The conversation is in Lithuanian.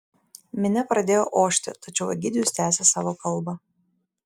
minia pradėjo ošti tačiau egidijus tęsė savo kalbą